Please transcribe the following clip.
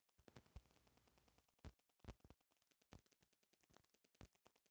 अगर हमनी के पइसा जमा करले बानी सन तब हमनी के मिली